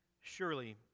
Surely